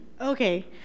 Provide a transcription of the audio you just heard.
Okay